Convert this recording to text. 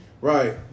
Right